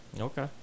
Okay